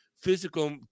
Physical